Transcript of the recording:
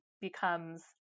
becomes